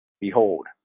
Behold